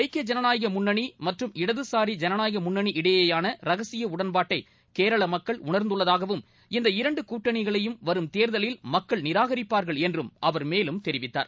ஐக்கிய ஐனநாயக முன்னணி மற்றும் இடதுசாரி ஜனநாயக முன்னணி இடையேயான ரகசிய உடன்பாட்டை கேரள மக்கள் உணர்ந்துள்ளதாகவும் இந்த இரண்டு கூட்டணிகளையும் வரும் தேர்தலில் மக்கள் நிராகரிப்பார்கள் என்றும் அவர் மேலும் தெரிவித்தார்